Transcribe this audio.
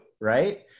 right